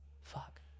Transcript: Fuck